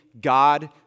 God